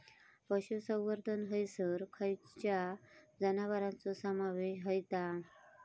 पशुसंवर्धन हैसर खैयच्या जनावरांचो समावेश व्हता?